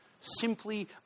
simply